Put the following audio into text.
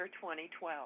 2012